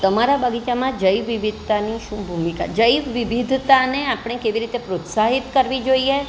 તમારા બગીચામાં જૈવ વિવિધતાની શું ભૂમિકા જૈવ વિવિધતાને આપણે કેવી રીતે પ્રોત્સાહિત કરવી જોઈએ